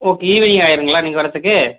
evening ஆகிருங்களா நீங்கள் வர்றதுக்கு